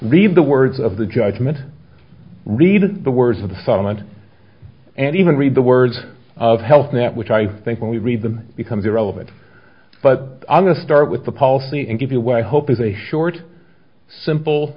read the words of the judgment read the words of the font and even read the words of health net which i think when we read them becomes irrelevant but i'm going to start with the policy and give you what i hope is a short simple